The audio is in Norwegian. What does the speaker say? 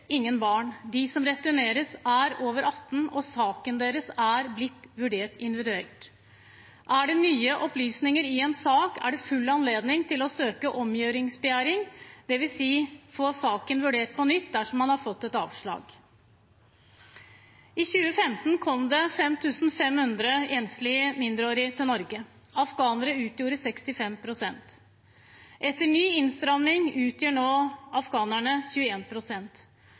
ingen barn. De som returneres, er over 18 år, og saken deres er blitt vurdert individuelt. Er det nye opplysninger i en sak, er det full anledning til å søke omgjøringsbegjæring, dvs. få saken vurdert på nytt dersom man har fått avslag. I 2015 kom det 5 500 enslige mindreårige til Norge. Afghanere utgjorde 65 pst. Etter ny innstramning utgjør nå afghanerne